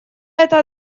это